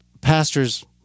Pastors